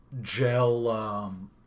gel